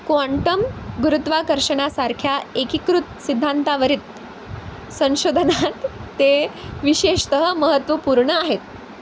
quantum गुरुत्वाकर्षणासारख्या एकीकृत सिद्धांतावरील संशोधनात ते विशेषतः महत्त्वपूर्ण आहेत